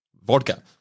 vodka